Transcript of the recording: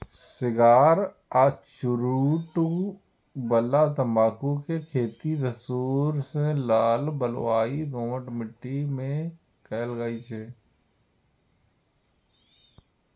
cigar आ चुरूट बला तंबाकू के खेती धूसर सं लाल बलुआही दोमट माटि मे कैल जाइ छै